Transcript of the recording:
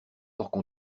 orques